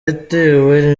yatewe